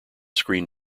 screen